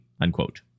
unquote